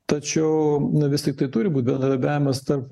tačiau vis tiktai turi būt bendradarbiavimas tarp